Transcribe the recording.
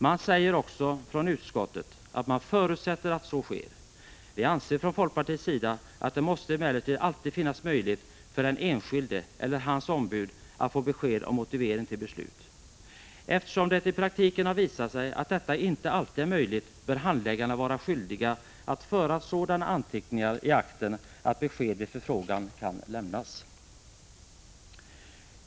Utskottet säger sig också förutsätta att så sker. Vi anser från folkpartiets sida att det emellertid alltid måste finnas möjlighet för den enskilde eller hans ombud att få besked om motiveringen till beslutet. Eftersom det i praktiken har visat sig att detta inte alltid är möjligt bör handläggarna vara skyldiga att föra sådana anteckningar i akten att besked vid förfrågan kan lämnas.